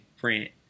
print